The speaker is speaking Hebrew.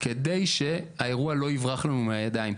על מנת שהאירוע לא יברח לנו מהידיים.